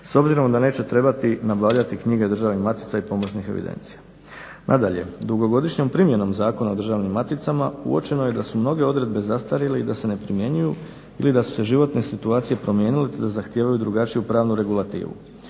s obzirom da neće trebati nabavljati knjige državnih matica i pomoćnih evidencija. Nadalje, dugogodišnjom primjenom Zakona o državnim maticama uočeno je da su mnoge odredbe zastarjele i da se ne primjenjuju ili da su se životne situacije promijenile te da zahtijevaju drugačiju pravnu regulativu.